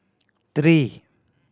three